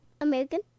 American